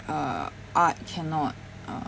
uh art cannot uh